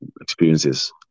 experiences